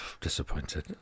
Disappointed